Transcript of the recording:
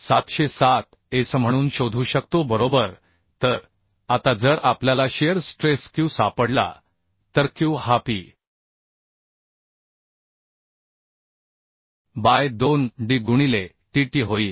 707 Sम्हणून शोधू शकतो बरोबर तर आता जर आपल्याला शिअर स्ट्रेस Q सापडला तरQ हाP बाय 2 D गुणिले Tt होईल